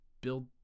build